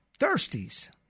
Thirsties